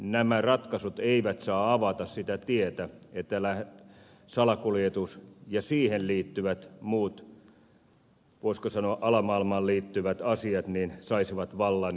nämä ratkaisut eivät saa avata sitä tietä että salakuljetus ja siihen liittyvät muut voisiko sanoa alamaailmaan liittyvät asiat saisivat vallan